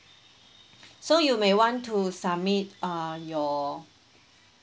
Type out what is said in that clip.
so you may want to summit uh your